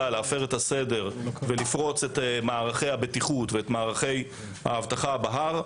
להפר את הסדר ולפרוץ את מערכי הבטיחות ואת מערכי האבטחה בהר,